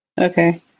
Okay